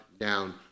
down